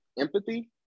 Empathy